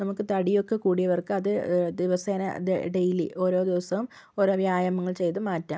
നമുക്ക് തടിയൊക്കെ കൂടിയവർക്ക് അത് ദിവസേന ഡെയിലി ഓരോ ദിവസവും ഓരോ വ്യായാമങ്ങൾ ചെയ്തു മാറ്റാം